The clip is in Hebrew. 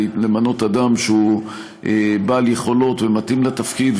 למנות אדם שהוא בעל יכולות ומתאים לתפקיד,